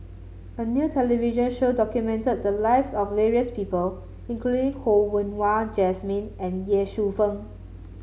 a new television show documented the lives of various people including Ho Yen Wah Jesmine and Ye Shufang